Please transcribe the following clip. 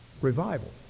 Revival